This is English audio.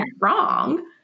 wrong